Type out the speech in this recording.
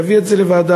להעביר את זה לוועדה,